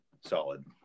Solid